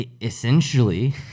Essentially